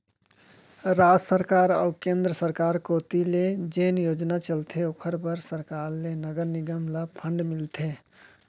राज सरकार अऊ केंद्र सरकार कोती ले जेन योजना चलथे ओखर बर सरकार ले नगर निगम ल फंड मिलथे